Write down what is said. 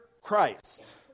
Christ